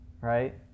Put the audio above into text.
right